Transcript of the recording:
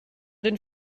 den